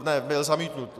Ne, byl zamítnut.